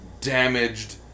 damaged